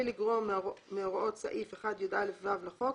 ובלי לגרוע מהוראות סעיף 1יא(ו) לחוק,